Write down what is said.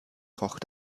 koch